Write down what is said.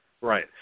Right